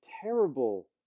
terrible